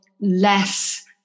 less